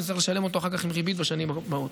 נצטרך לשלם אותו אחר כך עם ריבית בשנים הבאות.